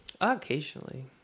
Occasionally